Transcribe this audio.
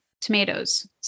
tomatoes